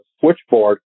switchboard